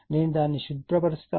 నేను దానిని శుభ్ర పరుస్తాను